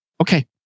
Okay